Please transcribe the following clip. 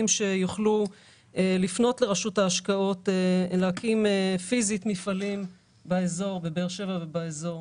שיוכלו לפנות לרשות ההשקעות ולהקים פיזית מפעלים בבאר שבע ובאזור.